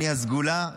אני הסגולה,